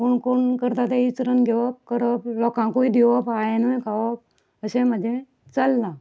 कोण कोण करता तें विचरून घेवप करप लोकांकूय दिवप हांवेंनूय खावप अशें म्हाजें चललां